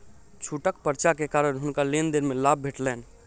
छूटक पर्चा के कारण हुनका लेन देन में लाभ भेटलैन